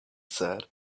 said